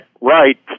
right